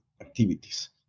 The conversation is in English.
activities